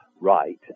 right